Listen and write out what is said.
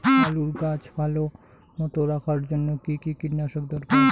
আলুর গাছ ভালো মতো রাখার জন্য কী কী কীটনাশক দরকার?